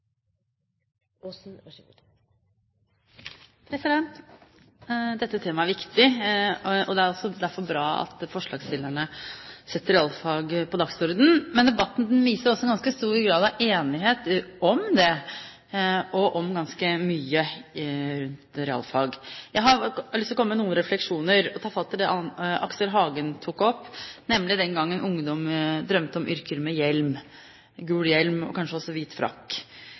også derfor bra at forslagsstillerne setter realfag på dagsordenen. Men debatten viser også en ganske stor grad av enighet om det og om ganske mye rundt realfag. Jeg har lyst til å komme med noen refleksjoner og ta fatt i det Aksel Hagen tok opp, nemlig den gang ungdom drømte om yrker med hjelm – gul hjelm – og kanskje også hvit frakk.